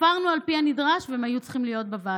ספרנו על פי הנדרש, והם היו צריכים להיות בוועדה.